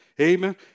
Amen